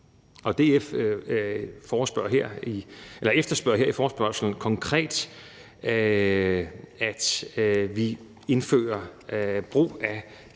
DF efterspørger her i forespørgslen konkret, at vi indfører brug af